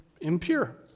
impure